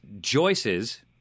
Joyce's